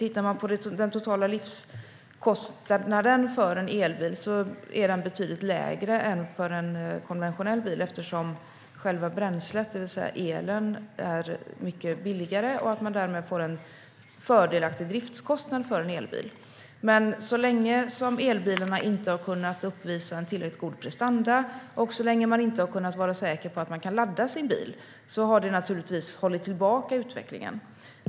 Om man tittar på den totala livskostnaden för en elbil ser man att den är betydligt lägre än för en konventionell bil eftersom själva bränslet, det vill säga elen, är mycket billigare. Därmed får man en fördelaktig driftskostnad för en elbil. Men så länge elbilarna inte har kunnat uppvisa tillräckligt god prestanda och så länge man inte har kunnat vara säker på att man kan ladda sin bil har det naturligtvis hållit tillbaka utvecklingen.